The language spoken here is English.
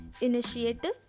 Initiative